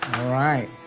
right,